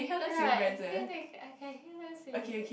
ya I think that I can hear them saying